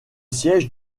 siège